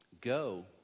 go